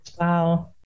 Wow